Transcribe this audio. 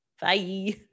Bye